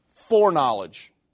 Foreknowledge